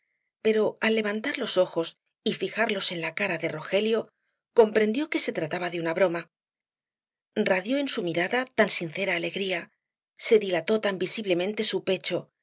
pero al levantar los ojos y fijarlos en la cara de rogelio comprendió que se trataba de una broma radió en su mirada tan sincera alegría se dilató tan visiblemente su pecho